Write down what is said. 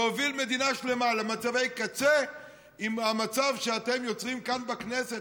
להוביל מדינה שלמה למצבי קצה עם המצב שאתם יוצרים כאן בכנסת,